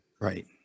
Right